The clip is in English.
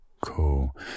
Cool